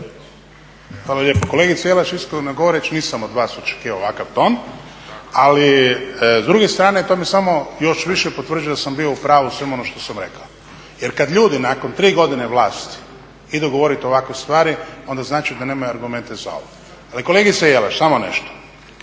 Hvala lijepo. Kolegice Jelaš iskreno govoreći nisam od vas očekivao ovakav ton, ali s druge strane to me samo još više potvrđuje da sam bio u pravu u svemu onome što sam rekao. Jer kada ljudi nakon tri godine vlasti idu govoriti ovakve stvari onda znači da nemaju argumente za ovo. Ali kolegice Jelaš samo nešto,